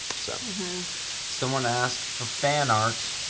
so someone asked, for fan art,